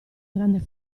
grande